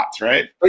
right